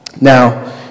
Now